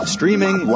Streaming